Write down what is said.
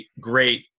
great